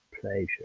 pleasure